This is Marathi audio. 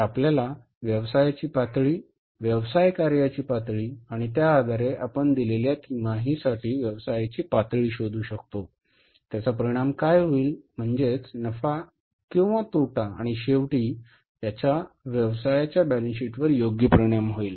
हे आपल्याला व्यवसायाची पातळी व्यवसाय कार्यांची पातळी आणि त्या आधारे आपण दिलेल्या तिमाहीसाठी व्यवसायाची पातळी शोधू शकतो त्याचा परिणामी काय होईल म्हणजेच नफा किंवा तोटा आणि शेवटी याचा व्यवसायाच्या बॅलन्स शीटवर योग्य परिणाम होईल